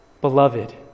Beloved